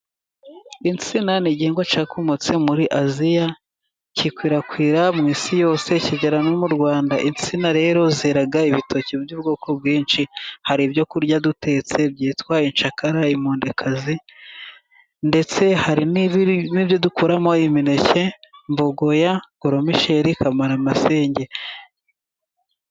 Insina ni igihingwa cya komotse muri Aziya, gikwirakwira mu isi yose kigera no mu Rwanda, insina rero zera ibitoki by'ubwoko bwinshi: hari ibyo kurya dutetse byitwa incakara, impundikazi ndetse hari n'ibyo dukuramo imineke: mbogoya, goromisheri, kamaramasenge.